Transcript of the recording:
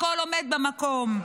הכול עומד במקום.